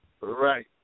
Right